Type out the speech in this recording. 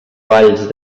valls